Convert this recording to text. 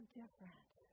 different